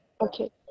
Okay